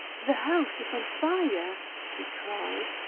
the house is on fire! he cried.